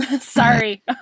Sorry